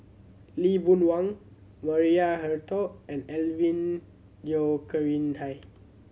Lee Boon Wang Maria Hertogh and Alvin Yeo Khirn Hai